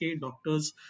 doctors